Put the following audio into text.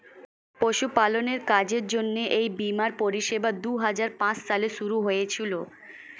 পশুপালনের কাজের জন্য এই বীমার পরিষেবা দুহাজার পাঁচ সালে শুরু হয়েছিল